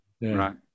Right